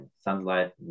sunlight